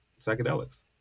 psychedelics